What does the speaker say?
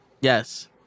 Yes